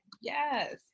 Yes